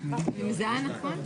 10:08.)